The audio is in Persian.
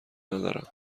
ندارم